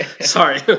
sorry